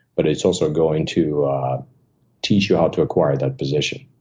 but it's also going to teach you how to acquire that position.